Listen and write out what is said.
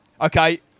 Okay